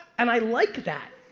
and i like that.